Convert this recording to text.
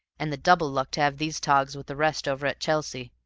and the double luck to have these togs with the rest over at chelsea.